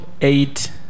eight